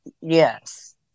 Yes